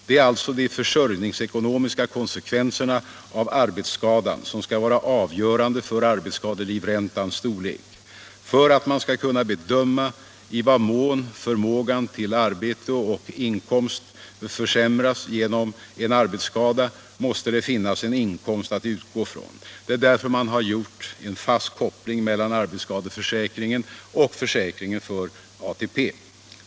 Det är alltså de försörjningsekonomiska konsekvenserna av arbetsskada som skall vara avgörande för arbetsskadelivräntans storlek. För att man skall kunna bedöma i vad mån förmågan till arbete och inkomst försämras genom en arbetsskada måste det finnas en inkomst att utgå från. Det är därför man har gjort en fast koppling mellan arbetsskadeförsäkringen och försäkringen för ATP.